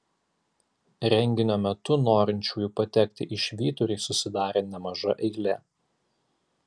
renginio metu norinčiųjų patekti į švyturį susidarė nemaža eilė